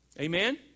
Amen